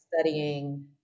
studying